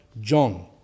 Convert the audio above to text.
John